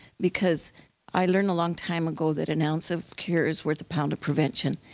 because i learned a long time ago that an ounce of care is worth a pound of prevention.